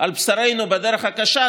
על בשרנו בדרך הקשה,